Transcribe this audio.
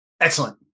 Excellent